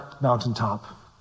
mountaintop